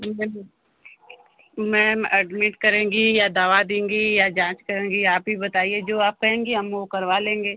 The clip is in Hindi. जी मैम मैम एडमिट करेंगी या दवा देंगी या जाँच करेंगी आप ही बताइए जो आप कहेंगी हम वो करवा लेंगे